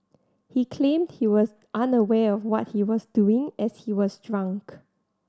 he claimed he was unaware of what he was doing as he was drunk